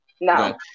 no